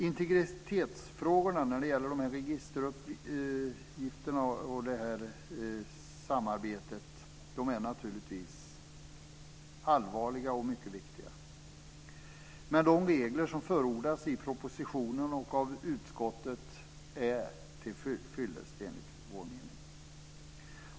Integritetsfrågorna när det gäller registeruppgifterna och samarbetet är naturligtvis allvarliga och mycket viktiga. Men de regler som förordas i propositionen och av utskottet är enligt vår mening tillfyllest.